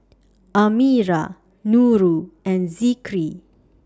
Amirah Nurul and Zikri